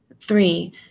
Three